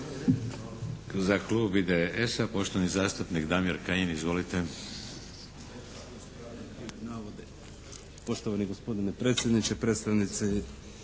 Hvala vam